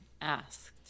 asked